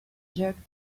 jerked